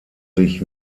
sich